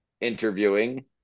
interviewing